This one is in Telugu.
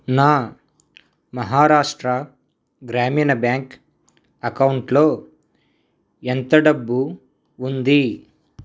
నా మహారాష్ట్ర గ్రామీణ బ్యాంక్ అకౌంట్లో ఎంత డబ్బు ఉంది